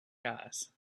guys